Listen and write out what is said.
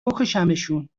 بکشمشون